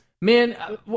man